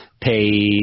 pay